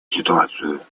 ситуацию